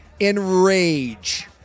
enrage